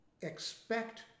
expect